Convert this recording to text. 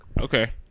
Okay